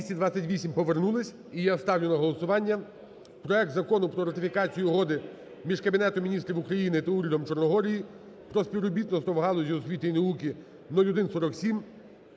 За-228 Повернулись. І я ставлю на голосування проект Закону про ратифікацію Угоди між Кабінетом Міністрів України та Урядом Чорногорії про співробітництво в галузі освіти і науки (0147)